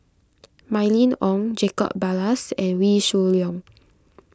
Mylene Ong Jacob Ballas and Wee Shoo Leong